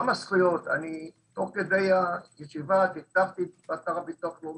תוך כדי הישיבה --- ביטוח הלאומי,